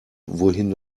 wohin